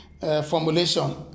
formulation